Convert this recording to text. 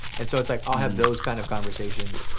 and so it's like i'll have those kind of conversations.